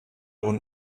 und